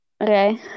Okay